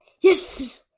Yes